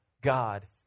God